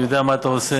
אני יודע מה אתה עושה,